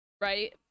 right